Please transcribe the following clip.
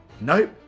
Nope